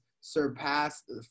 surpassed